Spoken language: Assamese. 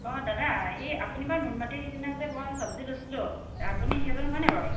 অঁ দাদা এই আপুনি বাৰু নুনমাটিৰ সেইদিনা যে মই চব্জি লৈছিলোঁ আপুনি সেইজন হয় নে বাৰু